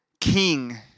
king